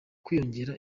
kwiyongera